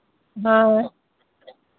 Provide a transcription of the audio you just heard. हाँ